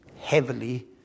Heavily